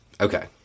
Okay